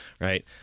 right